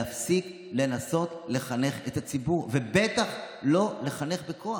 להפסיק לנסות לחנך את הציבור, ובטח לא לחנך בכוח.